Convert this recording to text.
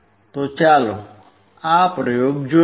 તો ચાલો આ પ્રયોગ જોઈએ